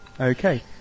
Okay